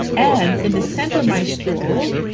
and in the center of my stool,